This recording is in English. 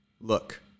Look